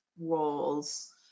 roles